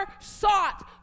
sought